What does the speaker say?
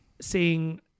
Seeing